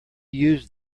used